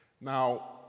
Now